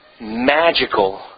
magical